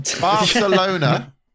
Barcelona